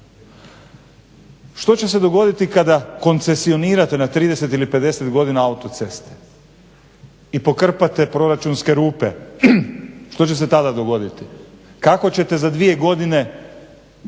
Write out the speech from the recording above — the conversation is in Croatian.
Što će se dogoditi kada koncesionirate na 30 ili 50 godina autoceste i pokrpate proračunske rupe, što će se tada dogoditi? Kako ćete za dvije godine